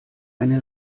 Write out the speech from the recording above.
eine